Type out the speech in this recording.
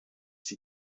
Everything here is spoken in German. sie